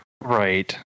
right